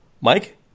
Mike